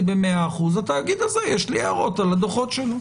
ב-100% התאגיד הזה יש לי הערות על הדוחות שלו.